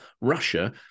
Russia